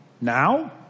Now